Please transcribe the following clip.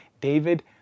David